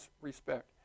respect